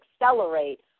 accelerate